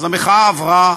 אז המחאה עברה,